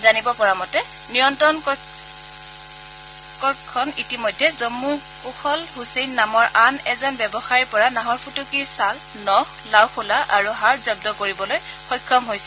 জানিব পৰা মতে নিয়ন্ত্ৰণ কক্ষণ ইতিমধ্যে জম্মুৰ কুশল হুছেইন নামৰ আন এজন ব্যৱসায়ীৰ পৰা নাহৰফুটুকীৰ ছাল নখ লাওখোলা আৰু হাড় জব্দ কৰিবলৈ সক্ষম হৈছে